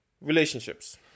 Relationships